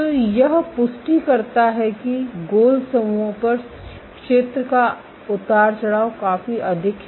तो यह पुष्टि करता है कि गोल समूहों पर क्षेत्र का उतार चढ़ाव काफी अधिक है